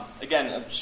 Again